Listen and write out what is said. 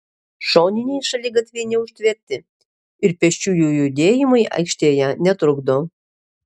šoniniai šaligatviai neužtverti ir pėsčiųjų judėjimui aikštėje netrukdo